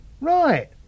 Right